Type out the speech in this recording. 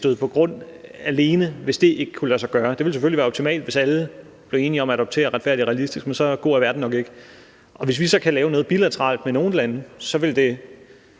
støde på grund, alene hvis dét ikke kan lade sig gøre. Det ville selvfølgelig være optimalt, hvis alle blev enige om at adoptere »Retfærdig og realistisk«, men så god er verden nok ikke. Og hvis vi så kan lave noget bilateralt med nogle lande, vil det